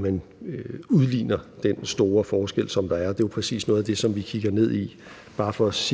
medier udligner den store forskel, som der er. Det er præcis noget af det, som vi kigger ned i, og det er bare for at